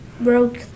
broke